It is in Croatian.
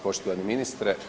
Poštovani ministre.